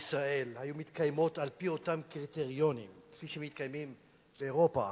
בישראל היו מתקיימות על-פי אותם קריטריונים שמקיימים באירופה,